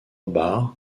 barres